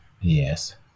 Yes